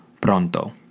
pronto